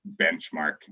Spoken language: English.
benchmark